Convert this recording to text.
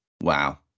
Wow